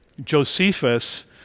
Josephus